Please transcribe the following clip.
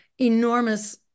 enormous